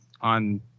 on